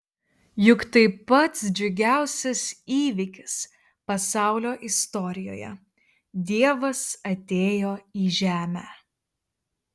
juk tai pats džiugiausias įvykis pasaulio istorijoje dievas atėjo į žemę